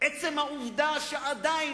עצם העובדה שעדיין,